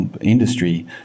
industry